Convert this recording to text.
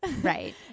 right